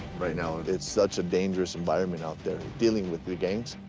right now, it's such a dangerous environment out there, dealing with the gangs,